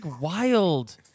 wild